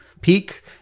peak